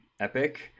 Epic